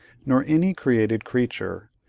nor any created creature,